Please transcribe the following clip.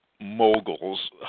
moguls